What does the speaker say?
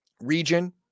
region